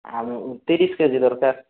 ଆଳୁ ତିରିଶି K G ଦରକାର